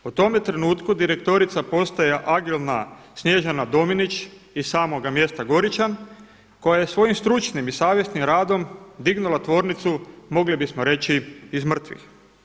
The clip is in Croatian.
U tome trenutku direktorica postaje agilna Snježana Domić iz samoga mjesta Goričan koja je svojim stručnim i savjesnim radom dignula tvornicu mogli bismo reći iz mrtvih.